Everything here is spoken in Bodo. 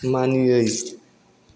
मानियै